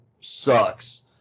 sucks